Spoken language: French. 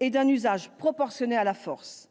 et d'un usage proportionné de la force.